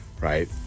right